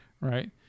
right